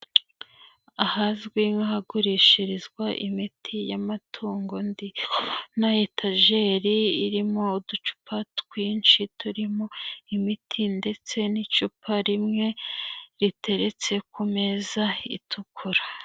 Ahazwi nk'ahagurishirizwa imiti y'amatungo ndikubona etajeri irimo uducupa twinshi turimo imiti ndetse n'icupa rimwe riteretse ku meza itukura.